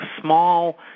small